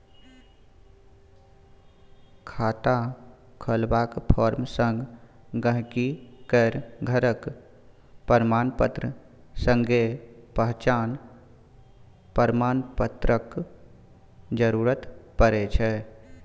खाता खोलबाक फार्म संग गांहिकी केर घरक प्रमाणपत्र संगे पहचान प्रमाण पत्रक जरुरत परै छै